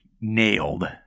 nailed